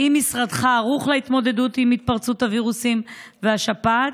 1. האם משרדך ערוך להתמודדות עם התפרצות הווירוסים והשפעת?